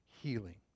healing